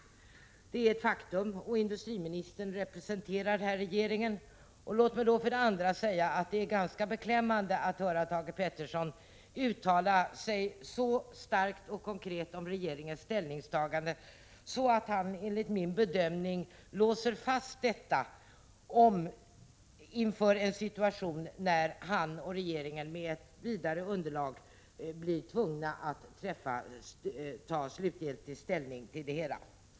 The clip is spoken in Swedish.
Det är ett faktum. Och industriministern representerar här regeringen. Låt mig därför för det andra säga att det är ganska beklämmande att höra Thage Peterson uttala sig så starkt och konkret om regeringens ställningstagande att han enligt min bedömning låser fast detta inför en situation där han och regeringen med vidare underlag blir tvungna att ta slutgiltig ställning till det hela.